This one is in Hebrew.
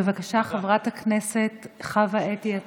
בבקשה, חברת הכנסת חוה אתי עטייה,